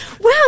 Wow